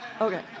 Okay